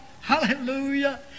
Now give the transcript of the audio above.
Hallelujah